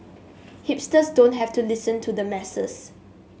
hipsters don't have to listen to the masses